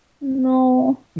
No